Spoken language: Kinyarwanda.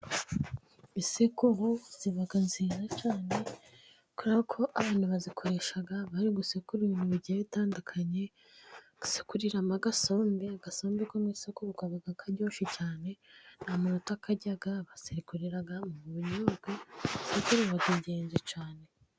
Isekuro iba nziza cyane ,kuko abantu bayikoresha bari gusekura ibintu bigiye bitandukanye, gusekuriramo agasombe . Agasombe ko mu isekuru kaba keza cyane, nta muntu utakarya, basekuriramo ubunyobwa , isekuro ni igikoresho cy'ingenzi cyane.